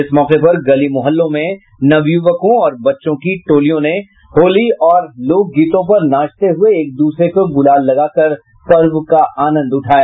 इस मौके पर गली मुहल्लों में नवयुवकों और बच्चों की टोली ने होली और लोक गीतों पर नाचते हुए एक दूसरे को गुलाल लगाकर पर्व का आनंद उठाया